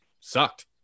sucked